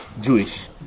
Jewish